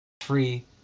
free